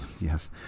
yes